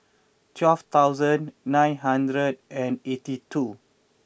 twelve thousand nine hundred eighty two